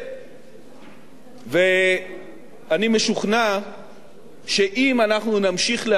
ואני משוכנע שאם אנחנו נמשיך להקרין משמעת